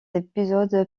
épisode